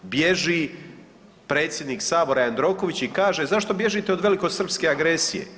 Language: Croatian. Bježi predsjednik Sabora Jandroković i kaže: „Zašto bježite od velikosrpske agresije?